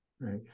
Right